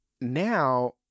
now